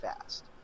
fast